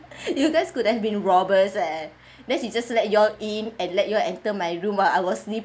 you guys could have been robbers leh then she just let you all in and let you enter my room while I was sleeping